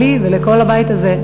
ולי ולכל הבית הזה,